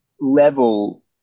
level